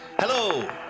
Hello